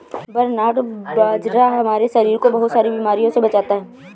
barnyard बाजरा हमारे शरीर को बहुत सारी बीमारियों से बचाता है